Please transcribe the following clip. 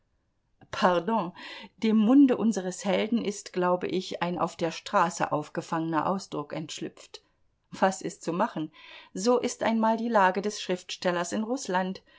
pardon dem munde unseres helden ist glaube ich ein auf der straße aufgefangener ausdruck entschlüpft was ist zu machen so ist einmal die lage des schriftstellers in rußland